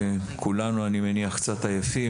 כולנו אני מניח קצת עייפים,